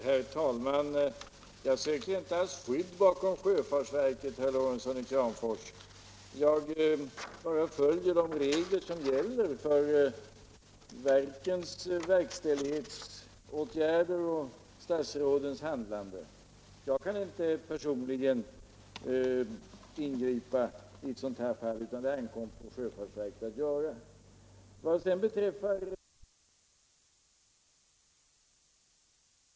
Herr talman! Jag söker inte alls skydd bakom sjöfartsverket, herr Lorentzon i Kramfors. Jag följer bara de regler som gäller för verkens åtgärder och statsrådens handlande. Jag kan inte personligen ingripa i ett sådant här fall, utan det ankommer på sjöfartsverket att göra det. Vad beträffar lagstiftningens tillräcklighet eller otillräcklighet föreställer jag mig att det finns anledning att i den sjöfartspolitiska proposition som skall föreläggas riksdagen se över även lastningsreglerna.